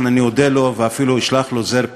אני אודה לו ואפילו אשלח לו זר פרחים.